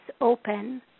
open